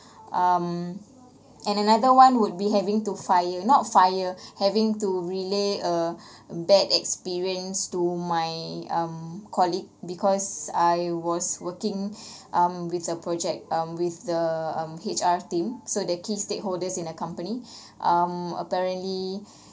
um and another one would be having to fire not fire having to relay a bad experience to my um colleague because I was working um with a project um with the um H_R team so the key stakeholders in a company um apparently